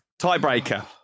tiebreaker